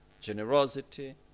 generosity